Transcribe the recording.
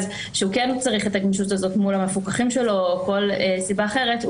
שהוא כן צריך את הגמישות הזאת מול המפוקחים שלו או כל סיבה אחרת,